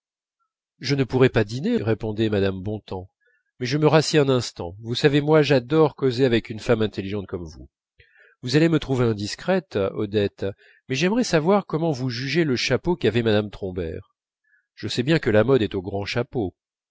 je ne pourrai pas dîner répondait mme bontemps mais je me rassieds un instant vous savez moi j'adore causer avec une femme intelligente comme vous vous allez me trouver indiscrète odette mais j'aimerais savoir comment vous jugez le chapeau qu'avait mme trombert je sais bien que la mode est aux grands chapeaux